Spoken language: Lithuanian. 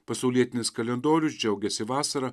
pasaulietinis kalendorius džiaugiasi vasara